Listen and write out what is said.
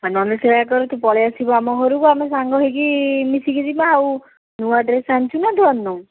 ଆଉ ନହେଲେ ସେହିଆ କର ତୁ ପଳାଇ ଆସିବୁ ଆମ ଘରୁକୁ ଆମେ ସାଙ୍ଗ ହୋଇକି ମିଶିକି ଯିବା ଆଉ ନୂଆ ଡ୍ରେସ୍ ଆଣିଛୁ ନା ତୁ ଆଣିନୁ